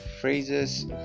phrases